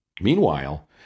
Meanwhile